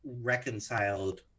reconciled